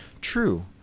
True